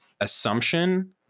assumption